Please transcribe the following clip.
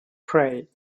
pray